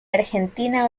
argentina